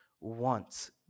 wants